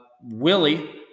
Willie